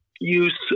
use